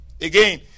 again